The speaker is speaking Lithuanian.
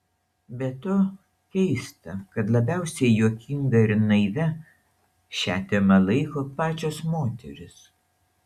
be to keista kad labiausiai juokinga ir naivia šią temą laiko pačios moterys